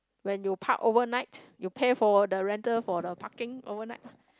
when you park overnight you pay for the rental for the parking overnight